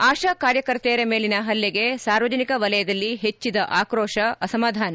ಆಶಾ ಕಾರ್ಯಕರ್ತೆಯರ ಮೇಲಿನ ಹಲ್ಲೆಗೆ ಸಾರ್ವಜನಿಕ ವಲಯದಲ್ಲಿ ಹೆಚ್ಚಿದ ಆಕ್ರೋಶ ಅಸಮಾಧಾನ